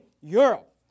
europe